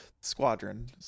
Squadron